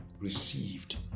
received